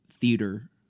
theater